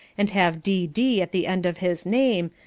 and have d d. at the end of his name,